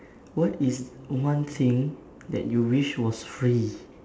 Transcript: what is one thing that you wish was free